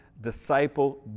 disciple